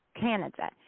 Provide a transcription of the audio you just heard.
canada